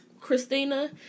Christina